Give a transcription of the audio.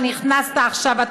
נכנסת עכשיו,